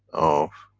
of